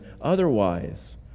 otherwise